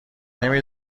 نمی